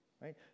right